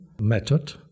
method